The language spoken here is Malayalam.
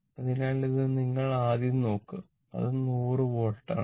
അതിനാൽ ഇത് നിങ്ങൾ ആദ്യം നോക്കുക അത് 100 വോൾട്ട് ആണ്